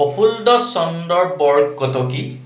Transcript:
Prafulla Chandra Borkotoky